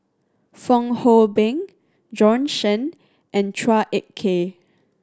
Fong Hoe Beng Bjorn Shen and Chua Ek Kay